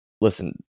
Listen